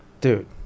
dude